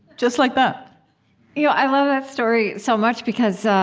just like that yeah i love that story so much because